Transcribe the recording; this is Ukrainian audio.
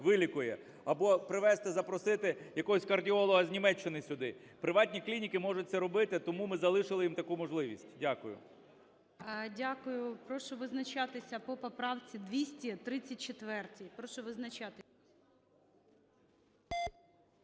або привезти, запросити якогось кардіолога з Німеччини сюди. Приватні клініки можуть це робити, тому ми залишили їм таку можливість. Дякую. ГОЛОВУЮЧИЙ. Дякую. Прошу визначатися по поправці 234. Прошу визначатися.